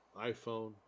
iPhone